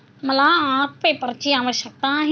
मला आर्ट पेपरची आवश्यकता आहे